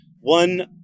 one